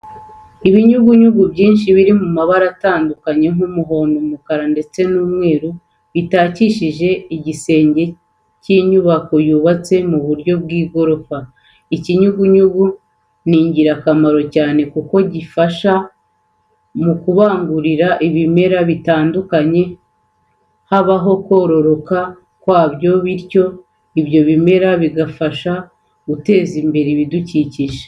Ibinyugunyugu byinshi biri mu mabara atandukanye nk'umuhondo, umukara ndetse n'umweru bitakishije igisenge cy'inyubako yubatse mu buryo bw'igorofa. Ikinyugunyugu ni ingurakamaro cyane kuko gifasha mu kubangurira ibimera bigatuma habaho kororoka kwabyo bityo ibyo bimera bigafasha guteza imbere ibidukikije.